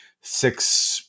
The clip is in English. six